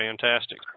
fantastic